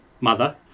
mother